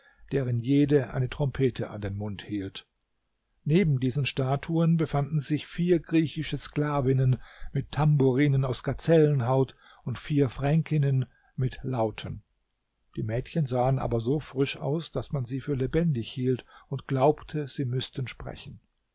deren jede eine trompete an den mund hielt neben diesen statuen befanden sich vier griechische sklavinnen mit tamburinen aus gazellenhaut und vier fränkinnen mit lauten die mädchen sahen aber so frisch aus daß man sie für lebendig hielt und glaubte sie müßten sprechen